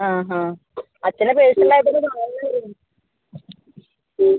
ആ ഹാ അച്ചനെ പേഴ്സണൽ ആയിട്ടൊന്ന് കാണണമായിരുന്നു